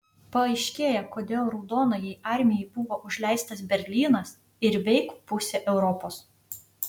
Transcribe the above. paaiškėja kodėl raudonajai armijai buvo užleistas berlynas ir veik pusė europos